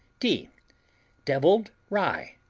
d deviled rye